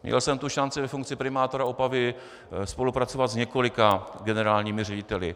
Měl jsem tu šanci ve funkci primátora Opavy spolupracovat s několika generálními řediteli.